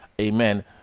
amen